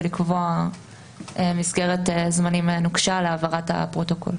לקבוע מסגרת זמנים נוקשה להעברת הפרוטוקול.